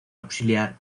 auxiliar